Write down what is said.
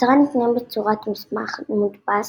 ההצהרה ניתנה בצורת מסמך מודפס,